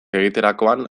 egiterakoan